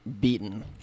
beaten